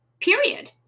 Period